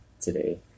Today